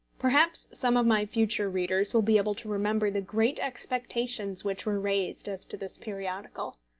perhaps some of my future readers will be able to remember the great expectations which were raised as to this periodical.